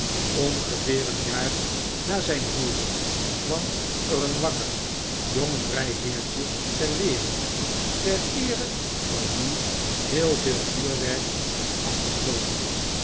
ongeveer een jaar na zijn huwelijk kwam er een wakker jong vrijheertje ter wereld ter eere van wien heel veel vuurwerk werd afgestoken